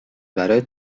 برای